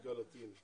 אמריקה הלטינית